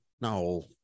no